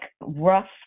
rough